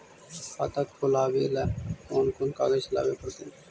खाता खोलाबे ल कोन कोन कागज लाबे पड़तै?